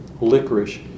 Licorice